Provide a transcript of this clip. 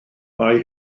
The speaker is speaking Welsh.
mae